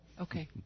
Okay